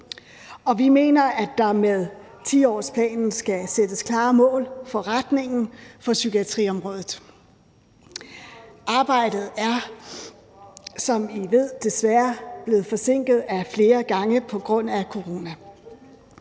og vi mener, at der med 10-årsplanen skal sættes klare mål for retningen på psykiatriområdet. Arbejdet er, som I ved, desværre blevet forsinket ad flere omgange på grund af corona.